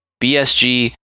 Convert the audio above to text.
BSG